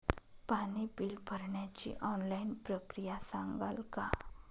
पाणी बिल भरण्याची ऑनलाईन प्रक्रिया सांगाल का?